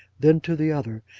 then to the other,